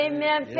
Amen